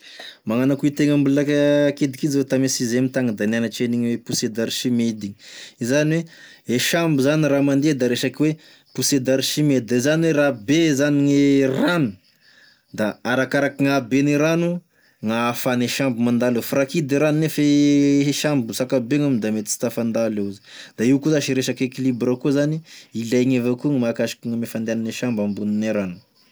Magnano akô itegna mbola ke- kidikidy zao tame sixieme tagny da nianatry an'igny a poussé d'Archimede igny, zany oe e sambo zany raha mandeha da resake oe poussé d'Archimede zany oe raha be zany gne rano da arakaraky gn'abehan'ny rano gn'afahane sambo mandalo eo, fa raha kidy e rano nefa i sambo zakabe ngamba da mety tsy tafandalo eo izy, da io koa zasy resaky ekilibra koa zany ilaigny avao koa gny mahakasiky gne fandehanane sambo ambonine rano.